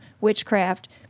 witchcraft